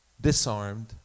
disarmed